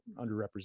underrepresented